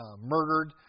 murdered